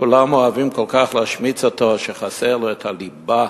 שכולם אוהבים כל כך להשמיץ אותו, שחסרה לו הליבה,